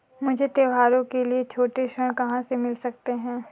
मुझे त्योहारों के लिए छोटे ऋण कहाँ से मिल सकते हैं?